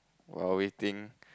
while waiting